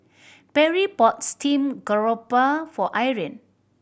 Perri bought steamed garoupa for Irene